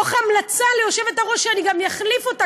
עם המלצה ליושבת-ראש שאני גם אחליף אותה